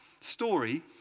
story